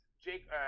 jake